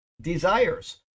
desires